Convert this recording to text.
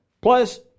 plus